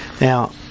Now